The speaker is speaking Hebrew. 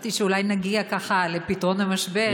חשבתי שאולי נגיע ככה לפתרון המשבר.